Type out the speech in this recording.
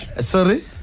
Sorry